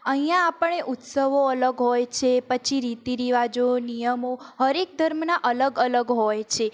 અહીંયા આપણે ઉત્સવો અલગ હોય છે પછી રીતિ રિવાજો નિયમો હર એક ધર્મના અલગ અલગ હોય છે